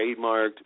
trademarked